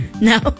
no